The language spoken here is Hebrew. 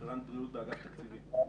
רפרנט בריאות באגף התקציבים.